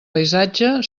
paisatge